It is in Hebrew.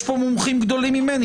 יש פה מומחים גדולים ממני.